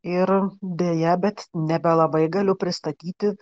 ir deja bet nebelabai galiu pristatyti